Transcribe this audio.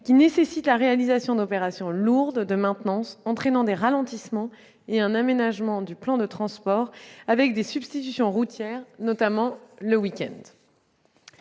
qui nécessite la réalisation d'opérations lourdes de maintenance entraînant des ralentissements et un aménagement du plan de transport avec des substitutions routières, notamment le week-end.